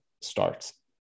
starts